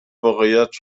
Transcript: واقعیت